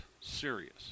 Serious